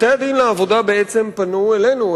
בתי-הדין לעבודה בעצם פנו אלינו,